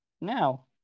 now